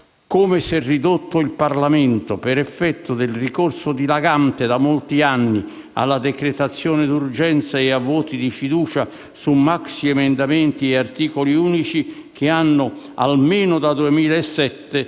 «Come si è ridotto il Parlamento» per effetto del ricorso dilagante da molti anni alla decretazione d'urgenza e a voti di fiducia su maxiemendamenti e articoli unici, che, almeno dal 2007,